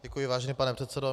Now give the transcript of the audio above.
Děkuji, vážený pane předsedo.